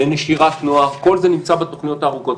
לנשירת נוער כל זה נמצא בתוכניות הארוכות.